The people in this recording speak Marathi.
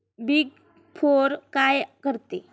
बिग फोर काय करते?